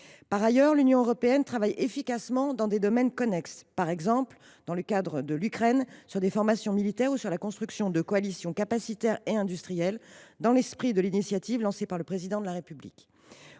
Par ailleurs, l’Union européenne travaille efficacement dans des domaines connexes. Par exemple, dans le cas de l’Ukraine, nous assurons des formations militaires ou la construction de coalitions capacitaires et industrielles, dans l’esprit de l’initiative lancée par le Président de la République.